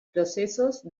processos